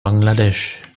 bangladesch